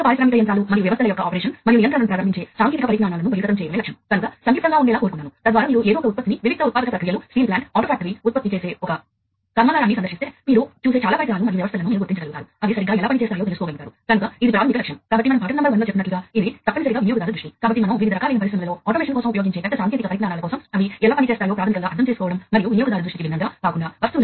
పారిశ్రామిక ఆటోమేషన్ మరియు నియంత్రణ పై NPTEL కోర్సుకు సంబంధించి 37వ పాఠానికి స్వాగతం ఈ పాఠంలో మనం కంప్యూటర్ నెట్వర్క్ గురించి మాట్లాడుకుందాం లేదా పారిశ్రామిక ఆటోమేషన్ కోసం ఉపయోగించే తెలివైన పరికరాల నెట్వర్క్ ను గురించి అని చెప్పుకో వచ్చు